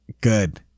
Good